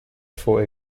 for